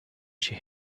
she